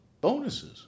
bonuses